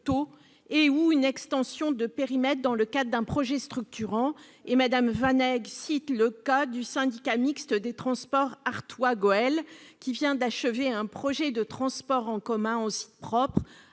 et/ou à une extension de périmètre dans le cadre d'un projet structurant. Mme Van Heghe cite le cas du syndicat mixte des transports Artois-Gohelle, qui vient d'achever un projet de transport en commun en site propre,